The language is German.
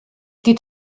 geht